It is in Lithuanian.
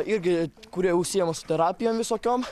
irgi kurie užsiema su terapijom visokiom